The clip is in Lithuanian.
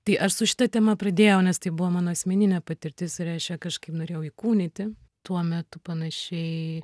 tai aš su šita tema pradėjau nes tai buvo mano asmeninė patirtis ir aš ją kažkaip norėjau įkūnyti tuo metu panašiai